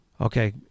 Okay